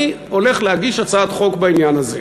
אני הולך להגיש הצעת חוק בעניין הזה.